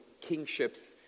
kingships